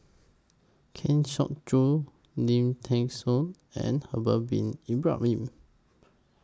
Kang Siong Joo Lim Thean Soo and Haslir Bin Ibrahim